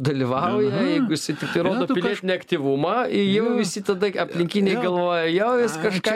dalyvauja jeigu jisai tiktai rodo pilietinį aktyvumą ir jau visi tada aplinkiniai galvoja jau jis kažką